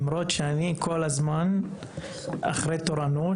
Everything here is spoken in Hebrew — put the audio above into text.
כל הזמן אחרי תורנות,